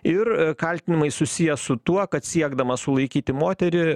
ir kaltinimai susiję su tuo kad siekdamas sulaikyti moterį